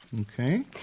Okay